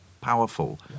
powerful